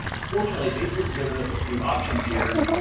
and fortunately facebook's given us a few options here.